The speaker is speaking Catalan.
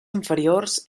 inferiors